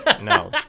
No